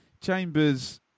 Chambers